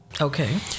Okay